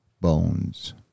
bones